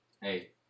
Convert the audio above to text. Hey